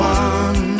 one